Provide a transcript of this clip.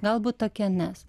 galbūt tokia nes